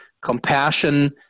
compassion